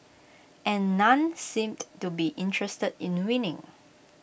and none seemed to be interested in winning